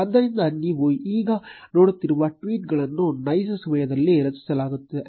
ಆದ್ದರಿಂದ ನೀವು ಈಗ ನೋಡುತ್ತಿರುವ ಟ್ವೀಟ್ ಗಳನ್ನು ನೈಜ ಸಮಯದಲ್ಲಿ ರಚಿಸಲಾಗುತ್ತಿದೆ